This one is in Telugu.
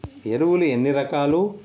ఎరువులు ఎన్ని రకాలు?